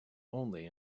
only